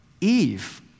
Eve